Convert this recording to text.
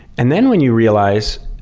and then when you realize,